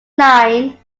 nine